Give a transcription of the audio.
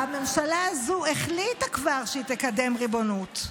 שהיה הראשון לחתום איתי על חוקי הריבונות,